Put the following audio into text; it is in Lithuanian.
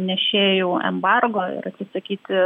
nešėjų embargo ir atsisakyti